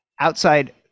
outside